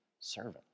servant